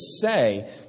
say